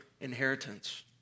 inheritance